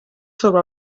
sobre